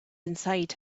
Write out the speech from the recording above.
inside